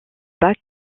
bat